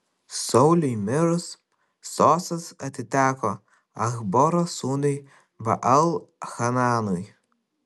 sauliui mirus sostas atiteko achboro sūnui baal hananui